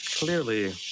Clearly